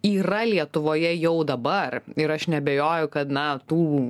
yra lietuvoje jau dabar ir aš neabejoju kad na tų